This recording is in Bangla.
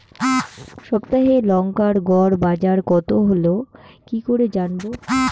সপ্তাহে লংকার গড় বাজার কতো হলো কীকরে জানবো?